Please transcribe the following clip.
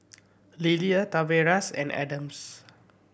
Lillia Tavares and Adams